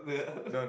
yeah